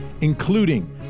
including